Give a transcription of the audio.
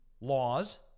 laws